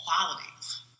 qualities